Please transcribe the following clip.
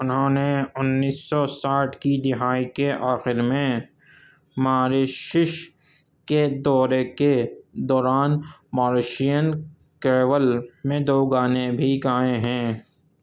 انہوں نے انیس سو ساٹھ کی دہائی کے آخر میں ماریشس کے دورے کے دوران ماریشین کریول میں دو گانے بھی گائے ہیں